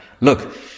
Look